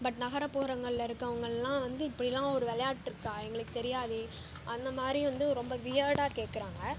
but நகரப்புறங்களில் இருக்கறவங்களாம் வந்து இப்படிலா ஒரு விளையாட்ருக்கா எங்களுக்கு தெரியாது அந்த மாதிரி வந்து ரொம்ப வியர்ட்டாக கேட்கறாங்க